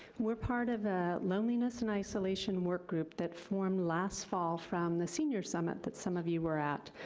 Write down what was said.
we're part of a loneliness and isolation work group that formed last fall from the senior summit that some of you were at.